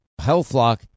HealthLock